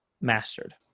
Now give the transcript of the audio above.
mastered